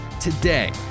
Today